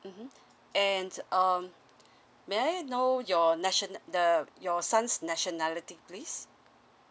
mmhmm and um may I know your national the your son's nationality please